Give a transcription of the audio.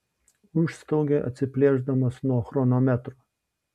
užstaugė atsiplėšdamas nuo chronometro